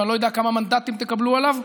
ואני לא יודע כמה מנדטים תקבלו עליו.